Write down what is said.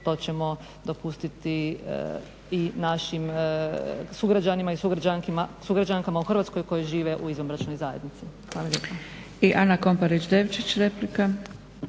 to ćemo dopustiti i našim sugrađanima i sugrađankama u Hrvatskoj koje žive u izvanbračnoj zajednici.